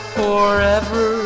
forever